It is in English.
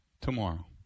tomorrow